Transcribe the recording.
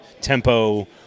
tempo